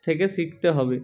থেকে শিখতে হবে